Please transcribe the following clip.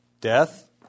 death